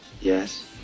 Yes